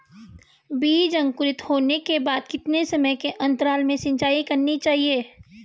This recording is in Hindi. बीज अंकुरित होने के बाद कितने समय के अंतराल में सिंचाई करनी चाहिए?